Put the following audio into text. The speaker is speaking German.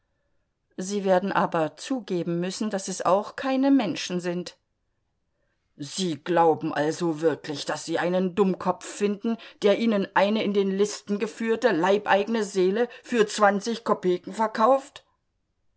sie werden aber zugeben müssen daß es auch keine menschen sind sie glauben also wirklich daß sie einen dummkopf finden der ihnen eine in den listen geführte leibeigene seele für zwanzig kopeken verkauft